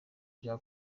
bya